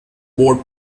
board